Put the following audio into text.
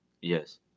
yes